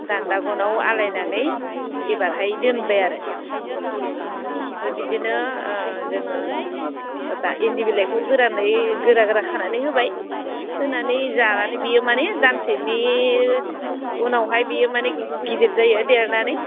दानदा गनआव आलायनानै एबारहाय दोनबाय आरो औ ओमफ्राय बिदिनो जोङो माबा इन्दि बिलाइखौ गोरानै गोरा गोरा खानानै होबाय होनानै जानानै बेयो माने दानसेनि उनावहाय बेयो माने गिदिर जायो देरनानै